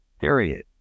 period